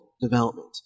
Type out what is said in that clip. development